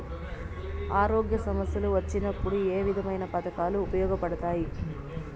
ఆరోగ్య సమస్యలు వచ్చినప్పుడు ఏ విధమైన పథకాలు ఉపయోగపడతాయి